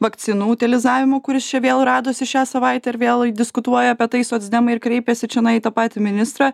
vakcinų utilizavimų kuris čia vėl radosi šią savaitę vėl diskutuoja apie tai socdemai ir kreipėsi čionai į tą patį ministrą